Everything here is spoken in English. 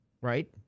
Right